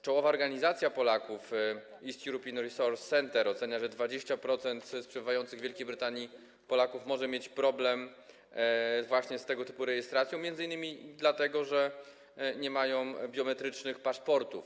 Czołowa organizacja Polaków z East European Resource Centre ocenia, że 20% przebywających w Wielkiej Brytanii Polaków może mieć problem właśnie z tego typu rejestracją, m.in. dlatego, że nie mają oni biometrycznych paszportów.